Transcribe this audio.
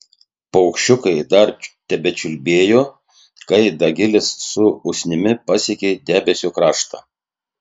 paukščiukai dar tebečiulbėjo kai dagilis su usnimi pasiekė debesio kraštą